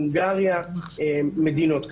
הונגריה ומדינות כאלה.